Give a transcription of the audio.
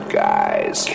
guys